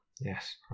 Yes